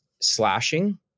slashing